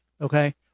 Okay